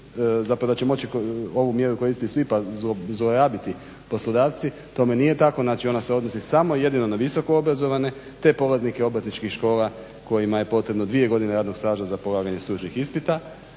zapravo da će moći ovu mjeru koristit svi pa zlorabiti poslodavci. Tome nije tako, znači ona se odnosi samo i jedino na visoko obrazovane te polaznike obrtničkih škola kojima je potrebno dvije godine radnog staža za polaganje stručnih ispita.